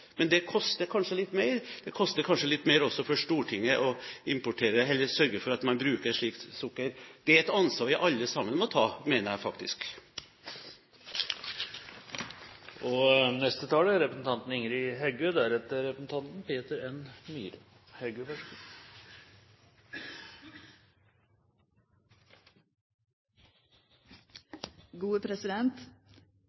Men det koster kanskje litt mer. Det koster kanskje også litt mer for Stortinget å sørge for at man bruker slikt sukker. Det er et ansvar vi alle sammen må ta, mener jeg faktisk.